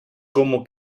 cómo